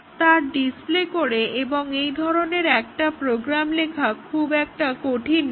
তার ডিসপ্লে করে এবং এই ধরনের একটা প্রোগ্রাম লেখা খুব একটা কঠিন নয়